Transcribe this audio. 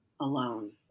alone